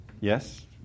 Yes